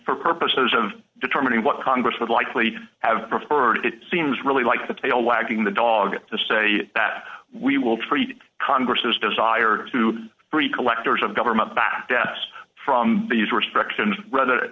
for purposes of determining what congress would likely have preferred it seems really like the tail wagging the dog to say that we will treat congress desire to free collectors of government bad debts from these restrictions rather